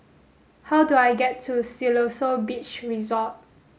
how do I get to Siloso Beach Resort